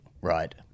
Right